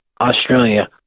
Australia